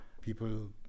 People